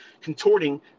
contorting